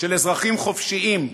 של אזרחים חופשיים,